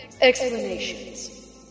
explanations